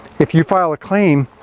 if you file a claim,